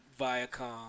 Viacom